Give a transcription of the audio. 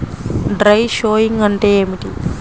Dry sowing అంటే ఏమిటి?